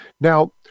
Now